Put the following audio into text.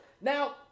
Now